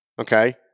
Okay